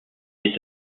est